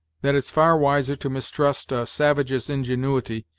that it's far wiser to mistrust a savage's ingenuity,